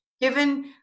given